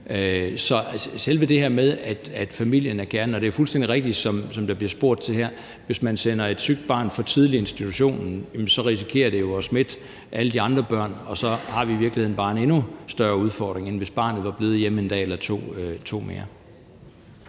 meget indstillet på at diskutere det. Og det er fuldstændig rigtigt, som der bliver sagt i spørgsmålet her, at hvis man sender et sygt barn for tidligt i institution, risikerer man jo, at det smitter alle de andre børn, og så har vi i virkeligheden bare en endnu større udfordring, end hvis barnet var blevet hjemme en dag eller to mere.